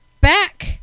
back